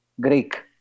Greek